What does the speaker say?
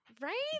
Right